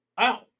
Ow